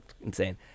Insane